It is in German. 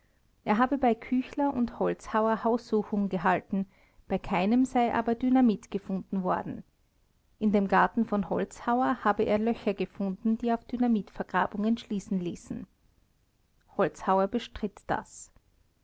er habe bei küchler und holzhauer haussuchung gehalten bei keinem sei aber dynamit gefunden worden in dem garten von holzhauer habe er löcher gefunden die auf dynamitvergrabungen schließen ließen holzhauer bestritt das